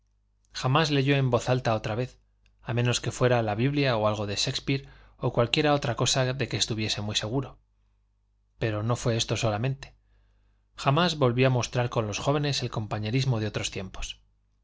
jamás leyó en voz alta otra vez a menos que fuera la biblia o algo de shákespeare o cualquiera otra cosa de que estuviese muy seguro pero no fué esto solamente jamás volvió a mostrar con los jóvenes el compañerismo de otros tiempos